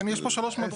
כן, יש פה שלוש מדרגות.